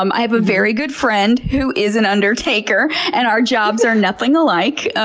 um i have a very good friend who is an undertaker and our jobs are nothing alike.